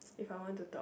if I want to talk